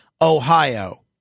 Ohio